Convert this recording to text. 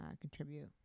contribute